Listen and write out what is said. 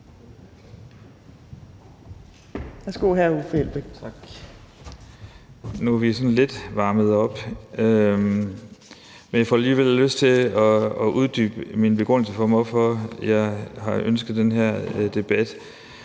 Nu er vi sådan lidt varmet op. Men jeg får alligevel lyst til at uddybe min begrundelse for, at jeg har ønsket den her debat.